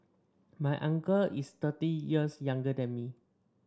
my uncle is thirty years younger than me